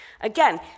Again